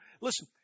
Listen